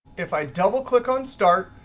if i double click on start,